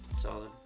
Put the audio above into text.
Solid